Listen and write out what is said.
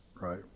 right